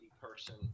person